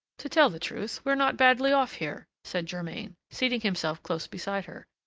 to tell the truth, we're not badly off here, said germain, seating himself close beside her.